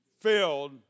filled